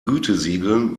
gütesiegeln